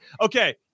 Okay